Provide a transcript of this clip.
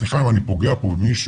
סליחה אם אני פוגע פה במישהו,